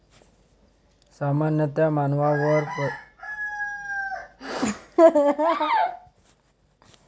सामान्यतः मानवांवर परिणाम करणारे माइटस बहुतेक वेळा गालिचे, फर्निचर आणि गाद्यांमध्ये रहातात